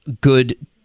good